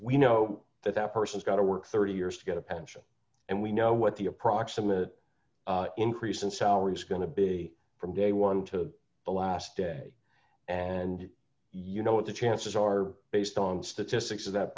we know that that person's got to work thirty years to get a pension and we know what the approximate increase in salary is going to be from day one to the last day and you know what the chances are based on statistics that